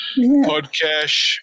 podcast